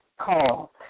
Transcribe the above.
call